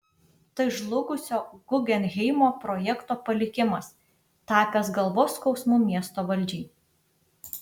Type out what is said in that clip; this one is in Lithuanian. tai žlugusio guggenheimo projekto palikimas tapęs galvos skausmu miesto valdžiai